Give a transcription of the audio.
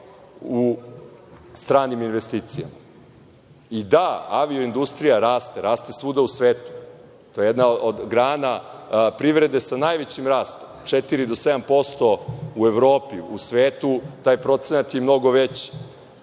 u stranim investicijama. Da, avioindustrija raste, raste svuda u svetu, to je jedna od grana privrede sa najvećim rastom 4% do 7%. U Evropi, u svetu taj procenat je mnogo veći